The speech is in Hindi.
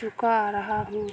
चुका रहा हूँ